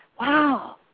Wow